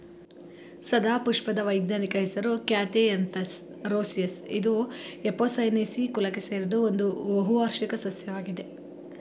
ಸದಾಪುಷ್ಪದ ವೈಜ್ಞಾನಿಕ ಹೆಸರು Catharanthus roseus ಇದು ಎಪೋಸೈನೇಸಿ ಕುಲಕ್ಕೆ ಸೇರಿದ್ದು ಒಂದು ಬಹುವಾರ್ಷಿಕ ಸಸ್ಯವಾಗಿದೆ